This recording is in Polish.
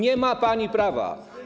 Nie ma pani prawa.